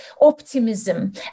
optimism